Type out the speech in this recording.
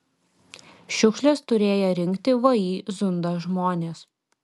šiukšles turėję rinkti vį zunda žmonės